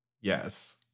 Yes